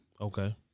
Okay